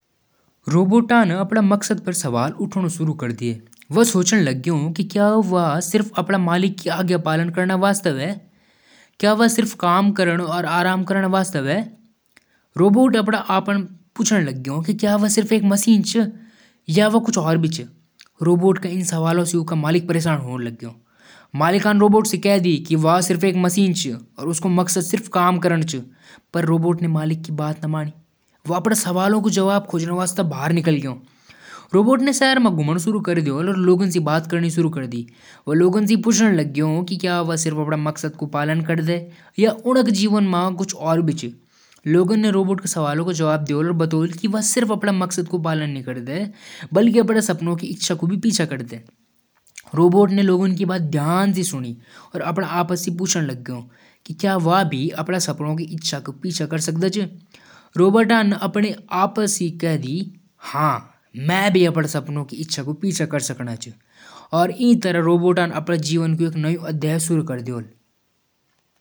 हाँ, प्रौद्योगिकी स बाहर निकलण और डिजिटल दुनिया स दूर होण जरूरी होलु। डिजिटल दुनिया म समय बिताण स माणस अपणा परिवार और स्वास्थ पर ध्यान नीं दे पांदु। प्रकृति म समय बिताण स मन शांति मिल्दु। अपणा समय अपणी हॉबी और पारंपरिक काम म लगाण स तनाव कम होलु। डिजिटल दुनिया स दूरी बना के आप अपणा सामाजिक जीवन सुधार सकदु। यो हर किसी क लिए जरूरी होलु, खासकर बच्चों के लिए।